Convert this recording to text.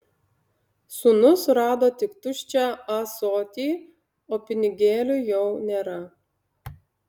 sūnus rado tik tuščią ąsotį o pinigėlių jau nėra